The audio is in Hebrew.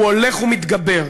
הוא הולך ומתגבר.